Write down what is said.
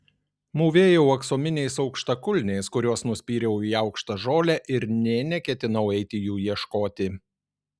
mūvėjau aksominiais aukštakulniais kuriuos nuspyriau į aukštą žolę ir nė neketinau eiti jų ieškoti